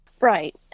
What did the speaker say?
Right